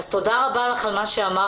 אז תודה רבה לך על מה שאמרת,